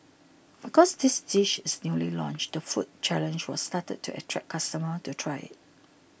because this dish is newly launched the food challenge was started to attract customers to try it